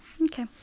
okay